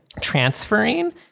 transferring